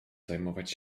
zajmować